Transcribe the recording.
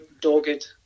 dogged